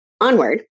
onward